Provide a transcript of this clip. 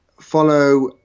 follow